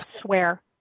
swear